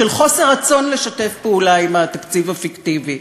של חוסר רצון לשתף פעולה עם התקציב הפיקטיבי.